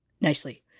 nicely